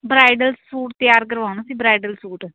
bridal suit ਤਿਆਰ ਕਰਵਾਉਣਾ ਸੀ ਬਰਾਈਡਲ ਸੂਟ